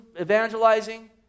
evangelizing